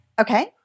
Okay